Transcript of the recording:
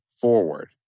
forward